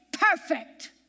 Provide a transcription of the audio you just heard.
perfect